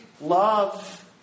love